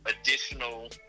additional